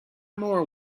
more